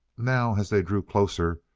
now, as they drew closer,